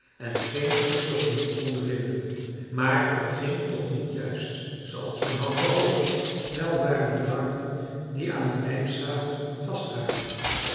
en geen voedsel genoeg konden vinden maar dat ging toch niet juist zooals men had gehoopt wel waren er larven die aan de lijmstaven vast raakten